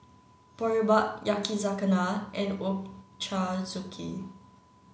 Boribap Yakizakana and Ochazuke